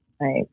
right